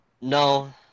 No